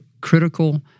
critical